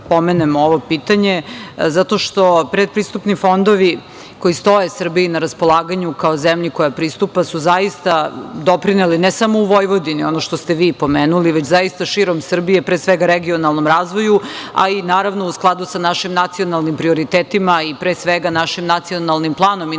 pomenemo ovo pitanje, zato što pretpristupni fondovi koji stoje Srbiji na raspolaganju, kao zemlji koja pristupa, su zaista doprineli, ne samo u Vojvodini, ono što ste vi pomenuli, već zaista širom Srbije, pre svega regionalnom razvoju, a i naravno u skladu sa našim nacionalnim prioritetima i pre svega našim Nacionalnim planom